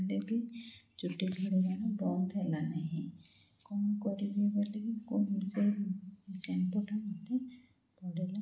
ହେଲେ ବି ଚୁଟି ଝଡ଼ିବା ବନ୍ଦ ହେଲା ନାହିଁ କଣ କରିବି ବୋଲି ସେ ଶାମ୍ପୁଟା ମତେ ପଡ଼ିଲା